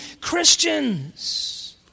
Christians